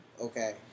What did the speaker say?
okay